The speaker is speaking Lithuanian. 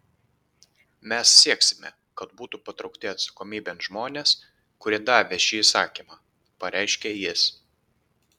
mes sieksime kad būtų patraukti atsakomybėn žmonės kurie davė šį įsakymą pareiškė jis